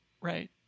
Right